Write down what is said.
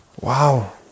wow